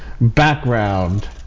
Background